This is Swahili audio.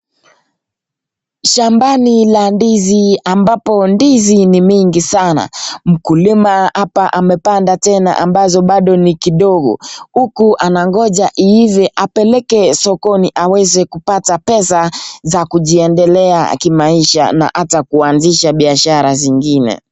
Shambani la ndizi ambapo ndizi ni mingi sana, mkulima hapa amepanda tena ambazo bado ni kidogo, huku anagoja iive apeleke sokoni aweze kupata pesa za kujiendeleza kimaisha na hata kuanzisha biashara zingine.